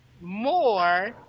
more